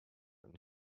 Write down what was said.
and